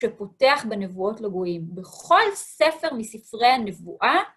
שפותח בנבואות לגויים בכל ספר מספרי הנבואה.